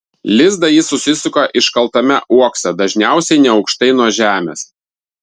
lizdą ji susisuka iškaltame uokse dažniausiai neaukštai nuo žemės